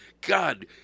God